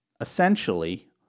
essentially